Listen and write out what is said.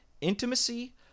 intimacy